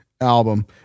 album